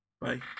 Bye